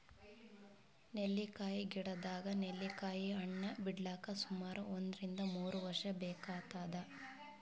ನೆಲ್ಲಿಕಾಯಿ ಗಿಡದಾಗ್ ನೆಲ್ಲಿಕಾಯಿ ಹಣ್ಣ್ ಬಿಡ್ಲಕ್ ಸುಮಾರ್ ಒಂದ್ರಿನ್ದ ಮೂರ್ ವರ್ಷ್ ಬೇಕಾತದ್